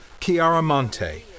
Chiaramonte